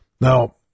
Now